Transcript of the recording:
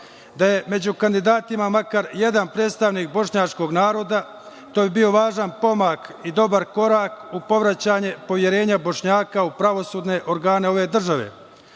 Da je među kandidatima makar jedan predstavnik bošnjačkog naroda, to bi bio važan pomak i dobar korak u povraćanje poverenja Bošnjaka u pravosudne organe ove države.